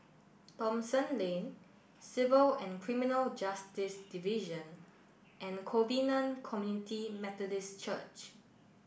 Thomson Lane Civil and Criminal Justice Division and Covenant Community Methodist Church